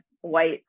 white